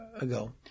ago